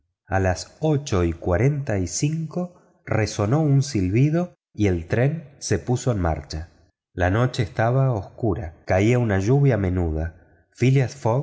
a las ocho y cuarenta y cinco resonó un silbido y el tren se puso en marcha la noche estaba oscura caía una lluvia menuda phileas